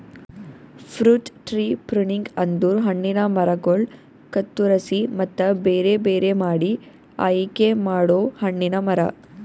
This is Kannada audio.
ಫ್ರೂಟ್ ಟ್ರೀ ಪ್ರುಣಿಂಗ್ ಅಂದುರ್ ಹಣ್ಣಿನ ಮರಗೊಳ್ ಕತ್ತುರಸಿ ಮತ್ತ ಬೇರೆ ಬೇರೆ ಮಾಡಿ ಆಯಿಕೆ ಮಾಡೊ ಹಣ್ಣಿನ ಮರ